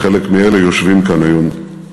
וחלק מאלה יושבים כאן היום.